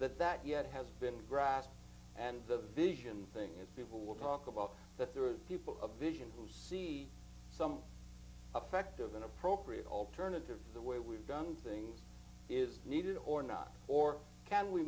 that that yet has been grassed and the vision thing and people will talk about that there are people of vision who see some effect of an appropriate alternative the way we've done things is needed or not or can we